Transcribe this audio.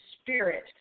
spirit